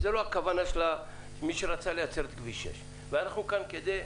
אבל זו לא הכוונה של מי שרצה לייצר את כביש 6. ואנחנו כאן כדי,